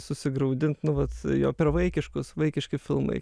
susigraudint nu vat jo per vaikiškus vaikiški filmai